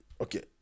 okay